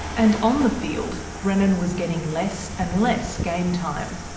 and on the field, brennan was getting less and less game time.